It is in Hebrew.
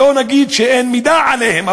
שלא נגיד שאין מידע עליהם,